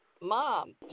Mom